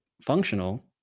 functional